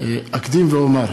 אקדים ואומר